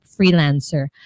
freelancer